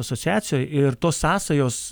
asociacijoj ir tos sąsajos